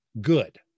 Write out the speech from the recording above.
good